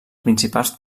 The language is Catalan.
principals